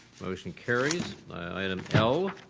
motion carries. item l,